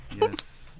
Yes